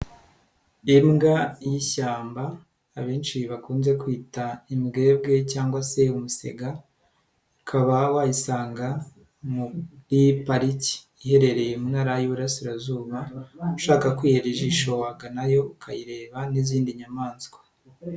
Imbwa y'ishyamba abenshi bakunze kwita imbwebwe cyangwa se umusega, ukaba wayisanga muri pariki iherereye mu ntara y'Iburasirazuba, ushaka kwihera ijisho wagana yo ukayireba n'izindi nyamaswa.